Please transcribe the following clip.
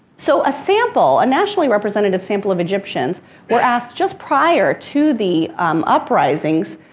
so a sample, a nationally representative sample of egyptians were asked just prior to the um uprisings,